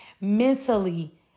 mentally